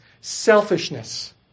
Selfishness